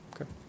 Okay